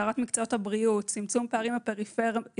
הסדרת מקצועות הבריאות, צמצום פערים בפריפריה,